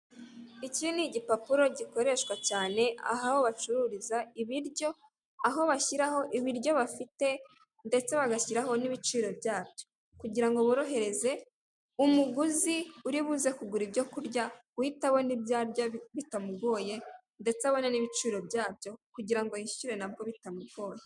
Iki ni igipapuro gikoreshwa cyane aho bacururiza ibiryo, aho bashyiraho ibiryo bafite ndetse bagashyiraho n'ibiciro byabyo kugira ngo borohereze umuguzi uri buze kugura ibyo kurya, guhita abona ibyo arya bitamugoye ndetse abone n'ibiciro byabyo kugira ngo yishyure na bwo bitamugoye.